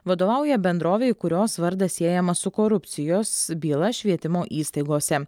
vadovauja bendrovei kurios vardas siejamas su korupcijos byla švietimo įstaigose